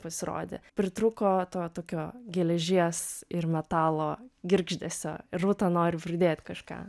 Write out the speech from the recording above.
pasirodė pritrūko to tokio geležies ir metalo girgždesio rūta nori pridėt kažką